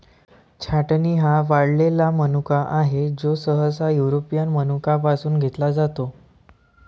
छाटणी हा वाळलेला मनुका आहे, जो सहसा युरोपियन मनुका पासून घेतला जातो